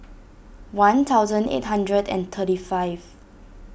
one thousand eight hundred and thirty five